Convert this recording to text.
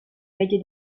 medie